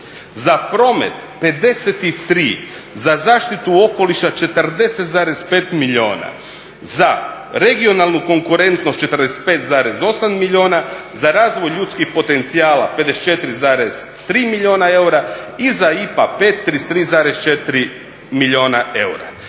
za promet 53, za zaštitu okoliša 40,5 milijuna, za regionalnu konkurentnost 45,8 milijuna, za razvoj ljudskih potencijala 54,3 milijuna eura i za IPA 5 33,4 milijuna eura.